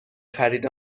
خرید